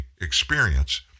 experience